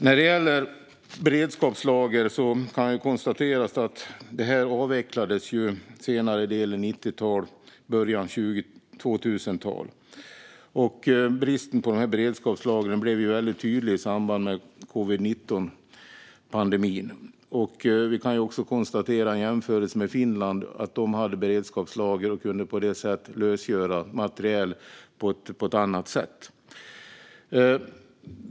När det gäller beredskapslagret kan det konstateras att det avvecklades under den senare delen av 1990-talet och början av 2000-talet. Bristen på beredskapslager blev ju väldigt tydlig i samband med covid-19-pandemin. Vid en jämförelse med Finland kan vi också konstatera att de hade beredskapslager och på det sättet kunde lösgöra materiel på ett annat sätt.